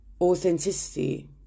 authenticity